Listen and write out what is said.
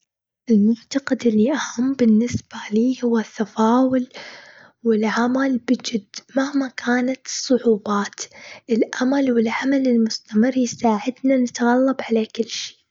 المعتقد اللي أهم بالنسبة لي، هو التفاؤل والعمل بجد مهما كانت الصعوبات. الأمل والعمل المستمر يساعدنا نتغلب على كل شي.